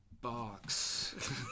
box